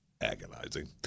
agonizing